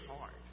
hard